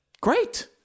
Great